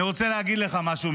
אני רוצה להגיד לך משהו,